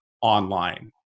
online